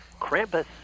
Krampus